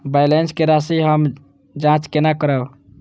Balance के राशि हम जाँच केना करब?